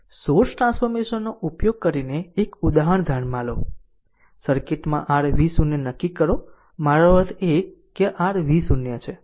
હવે source transformation નો ઉપયોગ કરીને એક ઉદાહરણ ધ્યાનમાં લો સર્કિટમાં r v 0 નક્કી કરો મારો અર્થ છે કે આ r v 0 છે